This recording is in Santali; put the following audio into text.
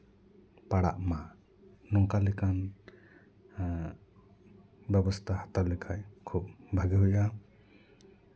ᱯᱟᱲᱟᱜ ᱢᱟ ᱱᱚᱝᱠᱟ ᱞᱮᱠᱟᱱ ᱵᱮᱵᱚᱥᱛᱷᱟ ᱦᱟᱛᱟᱣ ᱞᱮᱠᱷᱟᱱ ᱠᱷᱩᱵᱽ ᱵᱷᱟᱜᱮ ᱦᱩᱭᱩᱜᱼᱟ